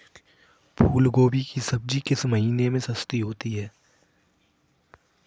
फूल गोभी की सब्जी किस महीने में सस्ती होती है?